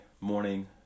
morning